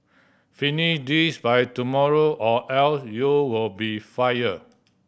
finish this by tomorrow or else you'll be fired